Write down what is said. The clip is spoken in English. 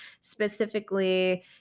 specifically